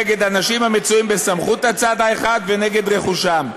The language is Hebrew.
נגד אנשים הנמצאים בסמכות הצד האחד ונגד רכושם,